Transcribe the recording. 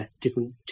different